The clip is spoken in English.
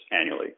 annually